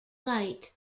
light